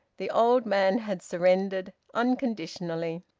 the old man had surrendered, unconditionally.